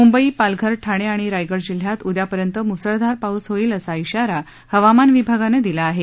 मुंबई पालघर ठाणे आणि रायगड जिल्ह्यात उदयापर्यंत मुसळधार पाऊस होईल असा इशारा हवामान विभागानं दिला आहे